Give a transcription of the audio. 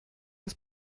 das